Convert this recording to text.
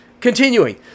Continuing